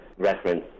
Reference